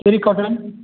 terry cotton